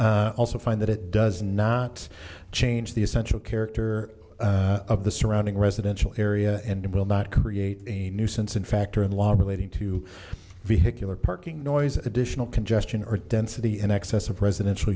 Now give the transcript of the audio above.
i also find that it does not change the essential character of the surrounding residential area and it will not create a nuisance and factor in law relating to vehicular parking noise additional congestion or density in excess of residential